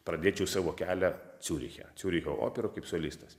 pradėčiau savo kelią ciuriche ciuricho opero kaip solistas